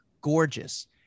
gorgeous